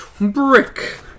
brick